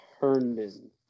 Herndon